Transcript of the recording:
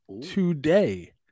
today